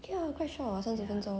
okay lah quite short lah 三十分钟